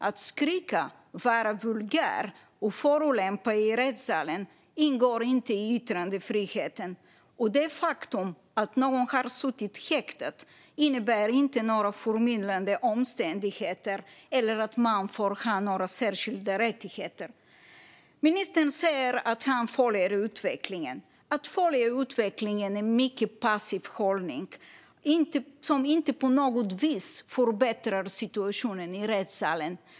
Att skrika, vara vulgär och förolämpa i rättssalen ingår inte i yttrandefriheten. Det faktum att man har suttit häktad innebär inte några förmildrande omständigheter eller att man får några särskilda rättigheter. Ministern säger att han följer utvecklingen. Att följa utvecklingen är en mycket passiv hållning som inte på något vis förbättrar situationen i rättssalen.